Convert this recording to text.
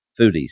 Foodies